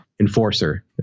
enforcer